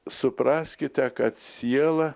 supraskite kad siela